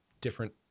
different